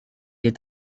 est